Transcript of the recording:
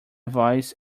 voice